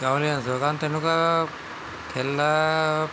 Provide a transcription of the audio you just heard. গাঁৱলীয়া অঞ্চলত কাৰণ তেনেকুৱা খেলা